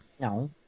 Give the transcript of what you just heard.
No